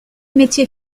métier